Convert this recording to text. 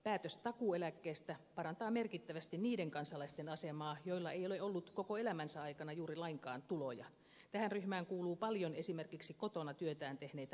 päätös takuueläkkeestä parantaa merkittävästi niiden kansalaisten asemaa joilla ei ole ollut koko elämänsä aikana juuri lainkaan tuloja tähän ryhmään kuuluu paljon esimerkiksi kotona työtään tehneitä naisia